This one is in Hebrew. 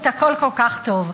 הכול כל כך טוב.